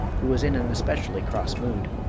who was in an especially cross mood.